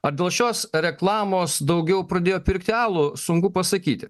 ar dėl šios reklamos daugiau pradėjo pirkti alų sunku pasakyti